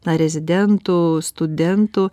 na rezidentų studentų